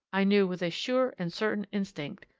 i knew with a sure and certain instinct,